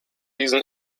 diesen